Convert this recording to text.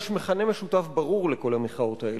יש מכנה משותף ברור לכל המחאות האלה,